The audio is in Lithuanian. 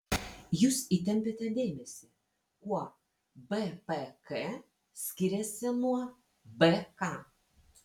jūs įtempiate dėmesį kuo bpk skiriasi nuo bk